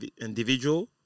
individual